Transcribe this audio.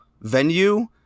venue